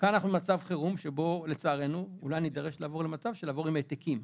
כאן אנחנו במצב חירום שלצערנו אולי נידרש לעבור למצב של העתקים.